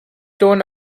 torn